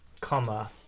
comma